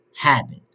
habit